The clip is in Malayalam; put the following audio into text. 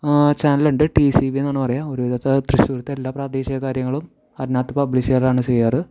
ചാനൽ ഉണ്ട് ടി സി ബി എന്നാണ് പറയുക ഒരു വിധത്തെ തൃശ്ശൂരിലത്തെ എല്ലാ പ്രാദേശിക കാര്യങ്ങളും അതിനകത്ത് പബ്ലിഷ് ചെയ്യാറാണ് ചെയ്യാറ്